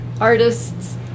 artists